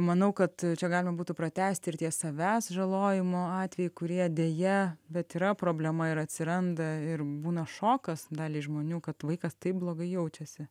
manau kad čia galima būtų pratęsti ir tie savęs žalojimo atvejai kurie deja bet yra problema ir atsiranda ir būna šokas daliai žmonių kad vaikas taip blogai jaučiasi